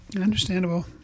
Understandable